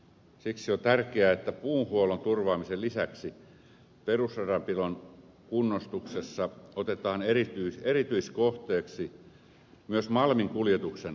siksi on tärkeää että puuhuollon turvaamisen lisäksi perusradanpidon kunnostuksessa otetaan erityiskohteeksi myös malminkuljetuksen turvaaminen